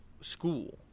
school